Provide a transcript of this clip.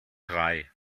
drei